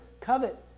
covet